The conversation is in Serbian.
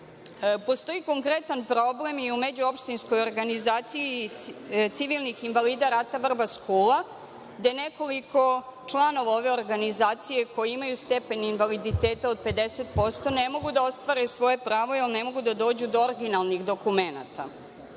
Postoji konkretan problem i u međuopštinskoj organizaciji civilnih invalida rata Vrbas-Kula, gde nekoliko članova ove organizacije koji imaju stepen invaliditeta od 50% ne mogu da ostvare svoje pravo jer ne mogu da dođu do originalnih dokumenata.